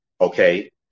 okay